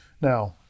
Now